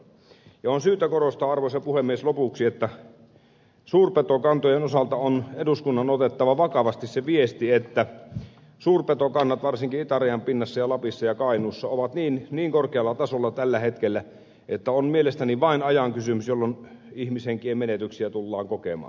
on syytä korostaa arvoisa puhemies lopuksi että suurpetokantojen osalta on eduskunnan otettava vakavasti se viesti että suurpetokannat varsinkin itärajan pinnassa ja lapissa ja kainuussa ovat niin korkealla tasolla tällä hetkellä että on mielestäni vain ajan kysymys milloin ihmishenkien menetyksiä tullaan kokemaan